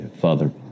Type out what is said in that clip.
father